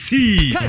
see